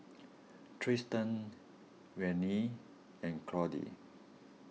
Tristan Vannie and Claude